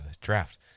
draft